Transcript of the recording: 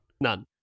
None